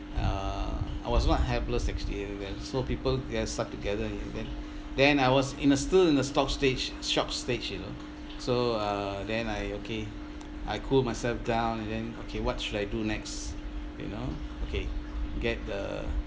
uh I was quite helpless actually uh so people start to gather and then then I was in a still in a stock stage shocked stage you know so uh then I okay I cool myself down and then okay what should I do next you know okay get the